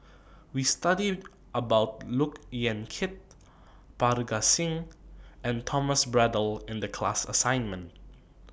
We studied about Look Yan Kit Parga Singh and Thomas Braddell in The class assignment